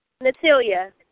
Natalia